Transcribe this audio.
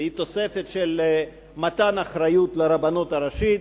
והיא תוספת של מתן אחריות לרבנות הראשית.